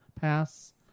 pass